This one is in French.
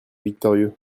victorieux